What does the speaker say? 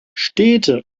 städte